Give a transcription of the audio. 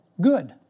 good